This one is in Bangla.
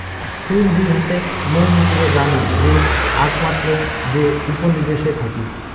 কুইন বী হসে মৌ মুচিদের রানী যে আকমাত্র যে উপনিবেশে থাকি